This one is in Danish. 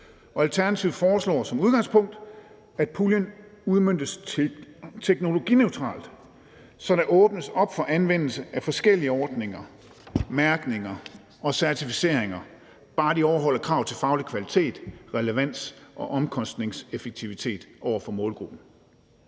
Alternativet foreslår som udgangspunkt, at puljen udmøntes teknologineutralt, så der åbnes op for anvendelse af forskellige ordninger, mærkninger og certificeringer, bare de overholder krav til faglig kvalitet, relevans og omkostningseffektivitet over for målgruppen.